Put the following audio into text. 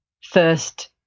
first